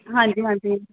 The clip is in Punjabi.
ਹਾਂਜੀ ਹਾਂਜੀ